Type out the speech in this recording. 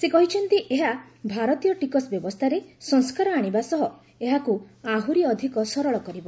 ସେ କହିଛନ୍ତି ଏହା ଭାରତୀୟ ଟିକସ ବ୍ୟବସ୍ଥାରେ ସଂସ୍କାର ଆଣିବା ସହ ଏହାକୁ ଆହୁରି ଅଧିକ ସରଳ କରିବ